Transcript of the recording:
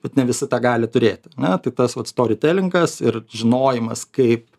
bet ne visi tą gali turėt ane tai tas vat storitelingas ir žinojimas kaip